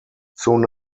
soon